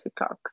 TikToks